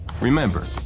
Remember